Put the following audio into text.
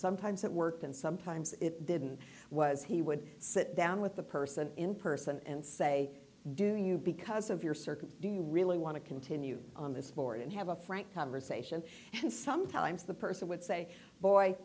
sometimes it worked and sometimes it didn't was he would sit down with the person in person and say do you because of your circle do you really want to continue on this board and have a frank conversation and sometimes the person would say boy